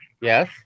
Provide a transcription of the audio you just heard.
Yes